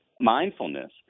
mindfulness